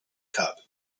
cub